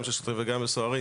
גם של שוטרים וגם של סוהרים.